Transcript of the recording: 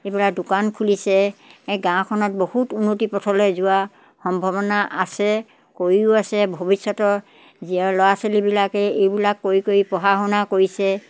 এইবিলাক দোকান খুলিছে এই গাঁওখনত বহুত উন্নতি পথলৈ যোৱা সম্ভাৱনা আছে কৰিও আছে ভৱিষ্যতৰ যি স ল'ৰা ছোৱালীবিলাকে এইবিলাক কৰি কৰি পঢ়া শুনাও কৰিছে